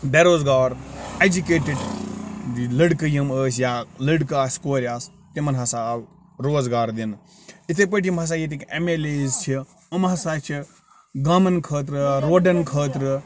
بے روزگار ایٚجوکیٹِڈ لڑکہٕ یِم ٲسۍ یا لڑکہٕ آسہٕ کورِ آسہٕ تِمَن ہسا آو روزگار دِنہٕ یِتھٔے پٲٹھۍ یِم ہسا ییٚتِکۍ ایٚم ایٚل ایز چھِ یِم ہسا چھِ گامَن خٲطرٕ یا روڈَن خٲطرٕ